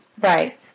Right